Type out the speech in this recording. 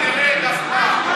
אל תרד אף פעם.